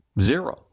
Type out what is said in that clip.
Zero